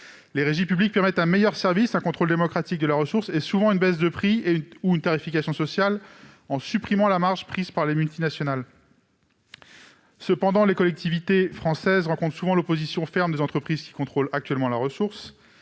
Les régies publiques permettent un meilleur service, un contrôle démocratique de la ressource et, souvent, une baisse de prix ou une tarification sociale, du fait de la suppression de la marge prise par les multinationales. Cependant, les collectivités françaises rencontrent souvent l'opposition ferme des entreprises qui contrôlent actuellement la ressource.